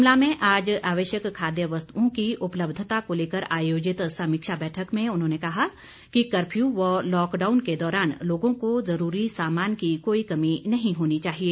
शिमला में आज आवश्यक खाद्य वस्तुओं की उपलब्धता को लेकर आयोजित समीक्षा बैठक में उन्होंने कहा कि कर्फ्यू व लॉकडाउन के दौरान लोगों को ज़रूरी सामान की कोई कमी नहीं होनी चाहिए